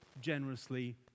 generously